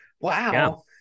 wow